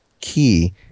key